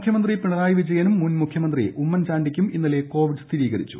മുഖ്യമന്ത്രി പിണറായി വിജയനും മുൻ മുഖ്യമന്ത്രി ഉമ്മൻചാണ്ടിക്കും ഇന്നലെ കോവിഡ് സ്ഥിര്യീകരിച്ചു